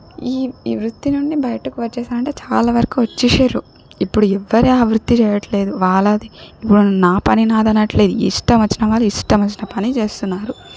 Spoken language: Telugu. ఈ ఈ వృత్తి నుండి బయటకు వచ్చేసారంటే చాలా వరకు వొచ్చేషెర్రు ఇప్పుడు ఎవ్వరే ఆ వృత్తి చేయట్లేదు వాళ్ళది ఇప్పుడు నా పని నాదన్నట్లిది ఇష్టమొచ్చిన వాళ్ళు ఇష్టమొచ్చిన పని చేస్తున్నారు